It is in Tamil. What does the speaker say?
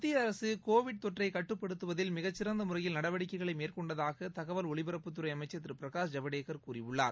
மத்திய அரசு கோவிட் தொற்றை கட்டுப்படுத்துவதில் மிகச்சிறந்த முறையில் நடவடிக்கைகளை மேற்கொண்டதாக ஒலிபரப்புத்துறை தகவல் அமைச்சர் திரு பிரகாஷ் ஜவடேகர் கூறியுள்ளார்